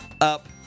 up